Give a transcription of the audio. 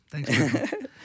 Thanks